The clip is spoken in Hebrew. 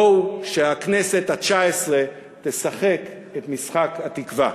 בואו, שהכנסת התשע-עשרה תשחק את משחק התקווה.